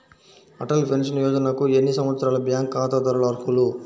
Atal pension యోజనకు ఎన్ని సంవత్సరాల బ్యాంక్ ఖాతాదారులు అర్హులు?